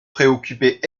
préoccupait